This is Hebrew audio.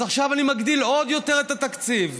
אז עכשיו אני מגדיל עוד יותר את התקציב,